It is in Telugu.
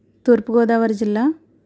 తూర్పుగోదావరి జిల్లా